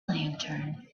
lantern